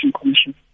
commission